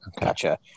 gotcha